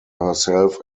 herself